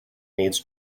needs